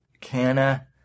Canna